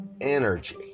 energy